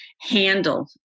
handle